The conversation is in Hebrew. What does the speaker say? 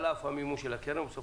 על אף המימון של הקרן,